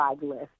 list